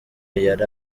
yari